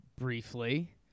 briefly